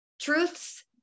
truths